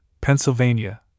Pennsylvania